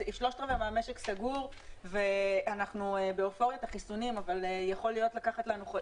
75% מהמשק סגור ואנחנו באופוריית החיסונים אבל זה יכול לקחת לנו עוד